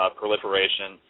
proliferation